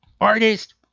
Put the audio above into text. artist